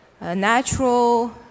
natural